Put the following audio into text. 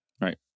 Right